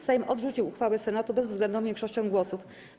Sejm odrzucił uchwałę Senatu bezwzględną większością głosów.